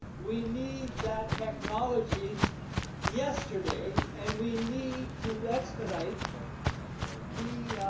we need that technology yesterday, and we need to expedite the